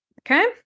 okay